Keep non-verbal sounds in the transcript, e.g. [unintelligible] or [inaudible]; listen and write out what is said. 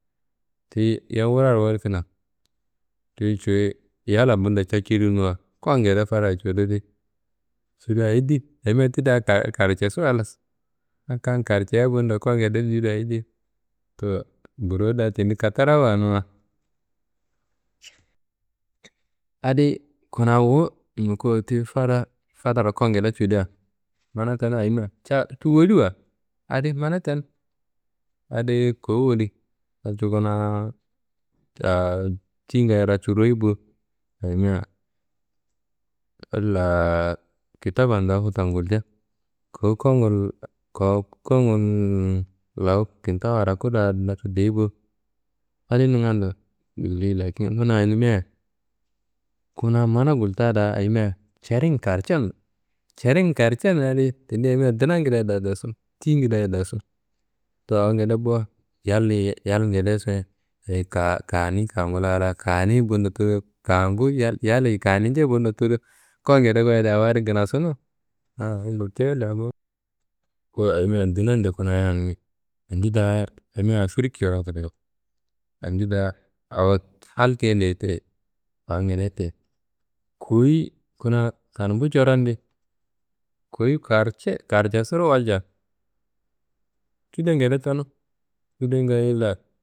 Tiyi yam wuraro walkina dun ciyi yalla bundo cacirinuwa kuwangede fadaro cududi, cudu ayi di ayimea ti da [hesitation] karcesu halas. Kam karceyiya bundo kuwangede biro ayi di. Towo buro da tendi katarawuwanuwa. [noise] Adiyi kuna wu nukuwo tiyi fada, fadaro kuwangede cuwudiya mana tenu ayimea ca ti woriwa adi mana tenu, adiyi kowu wori walcu kunaa [hesitation] tiyinga racu royi bo ayimea [hesitation] kitabanda futa gulje: « Kowu kuwangu [hesitation] lawu kintawu araku da racu deyi bo ». Adi ningando [unintelligible] lakin kuna ayimea kuna mana gulta da ayimea ceri n karce n. Ceri n karce n adi tendi ayimea dinangida da dasu tiyingedea dasu towo awongede bo. Yal, yalngede soyi ayi [hesitation] kani kangula a la kaniyi bundo tudu kaanguyi [hesitation] yalliyi kaninje bundo tudu kuwangede goya da awo adi kinasuna [hesitation] awo gultuye da bowo. Ku ayimea dinande kunayan andi da ayimea Afrik coron kraye. Andi da awo hal keyende te- ye awongedeye te- ye. Kowuyi kuna Kanumbu corondi kowuyi kaarce, kaarcesuro walja kida ngede tenu, kidanga illa.